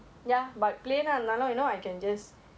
ah ya okay makes sense makes sense